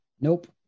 Nope